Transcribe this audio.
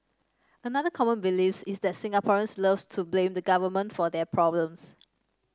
another common beliefs is that Singaporeans loves to blame the Government for their problems